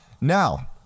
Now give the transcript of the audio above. Now